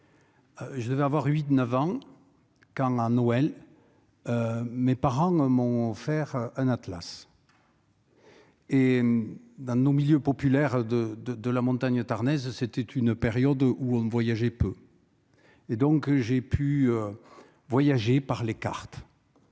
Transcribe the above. je devais avoir 8 ans ou 9 ans quand, pour Noël, mes parents m'ont offert un atlas. Dans nos milieux populaires de la montagne tarnaise, c'était une période où l'on voyageait peu. Ainsi, j'ai pu voyager grâce aux cartes,